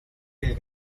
fill